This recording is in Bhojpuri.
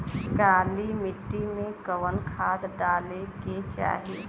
काली मिट्टी में कवन खाद डाले के चाही?